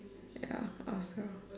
ya I also